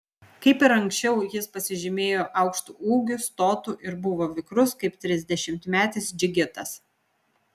kaip ir anksčiau jis pasižymėjo aukštu ūgiu stotu ir buvo vikrus kaip trisdešimtmetis džigitas